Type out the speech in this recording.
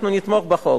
אנחנו נתמוך בחוק,